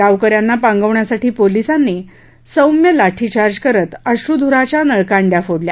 गावकऱ्यांना पांगवण्यासाठी पोलीसांनी सौम्य लाठी चार्ज करत अश्रुधुराच्या नळकांड्याही फोडल्या